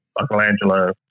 Michelangelo